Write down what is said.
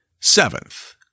Seventh